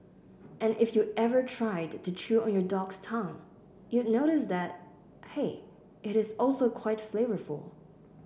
and if you ever tried to chew on your dog's tongue you'd notice that hey it is also quite flavourful